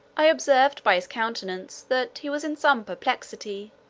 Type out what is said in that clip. i observed by his countenance that he was in some perplexity,